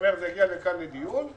זה יגיע לכאן לדיון,